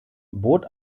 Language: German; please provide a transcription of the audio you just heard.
bot